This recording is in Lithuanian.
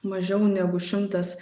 mažiau negu šimtas